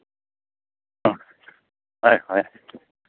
ꯑ ꯍꯣꯏ ꯍꯣꯏ